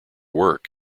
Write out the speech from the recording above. work